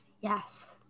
yes